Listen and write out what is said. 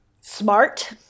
smart